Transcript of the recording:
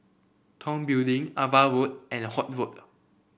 Tong Building Ava Road and Holt Road